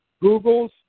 Google's